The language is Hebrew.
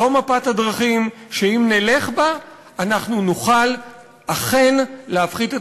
זאת מפת הדרכים שאם נלך בה נוכל אכן להפחית את